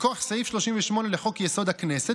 מכוח סעיף 38 לחוק-יסוד: הכנסת,